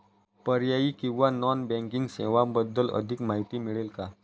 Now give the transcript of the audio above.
पर्यायी किंवा non banking सेवांबद्दल अधिक माहिती मिळेल का?